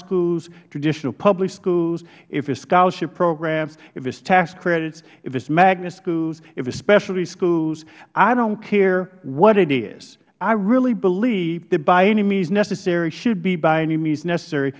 schools traditional public schools if it is scholarship programs if it is tax credits if it is magna schools if it is specialty schools i don't care what it is i really believe that by any means necessary should be by any means necessary